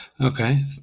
Okay